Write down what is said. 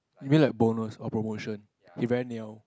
you mean like bonus or promotion he very new